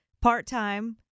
part-time